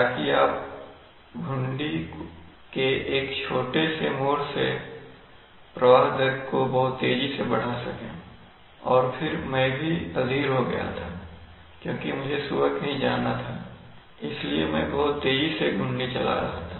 ताकि आप घुंडी के एक छोटे से मोड़ से प्रवाह की दर को बहुत तेज़ी से बढ़ा सकें और फिर मैं भी अधीर हो गया था क्योंकि मुझे सुबह कहीं जाना था इसलिए मैं बहुत तेज़ी से घुंडी चला रहा था